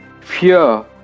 fear